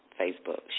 Facebook